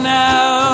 now